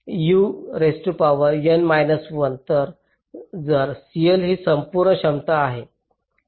तर जर CL ही संपूर्ण क्षमता आहे